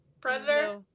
Predator